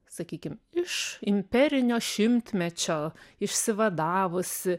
sakykim iš imperinio šimtmečio išsivadavusi